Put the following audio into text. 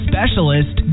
Specialist